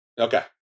Okay